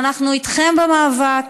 ואנחנו איתכם במאבק,